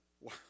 Wow